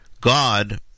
God